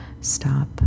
stop